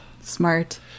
smart